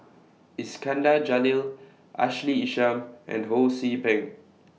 Iskandar Jalil Ashley Isham and Ho See Beng